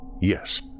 Yes